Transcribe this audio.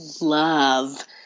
love